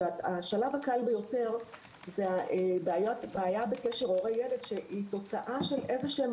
השלב הקל ביותר זה בעיה בקשר הורה-ילד שהיא תוצאה של איזשהם